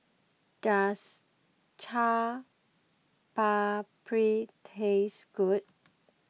does Chaat Papri taste good